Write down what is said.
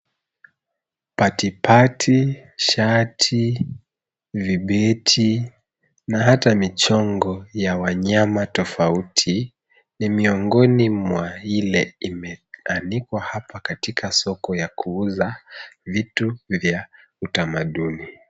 Patipati, shati, vibeti na hata michongo ya wanyama tofauti, ni miongoni mwa ile imeanikwa hapa katika soko ya kuuza vitu vya utamadunu.